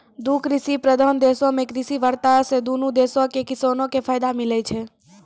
दु कृषि प्रधान देशो मे कृषि वार्ता से दुनू देशो के किसानो के फायदा मिलै छै